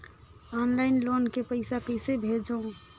Online loan के पईसा कइसे भेजों?